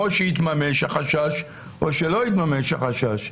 או שיתממש החשש או שלא יתממש החשש.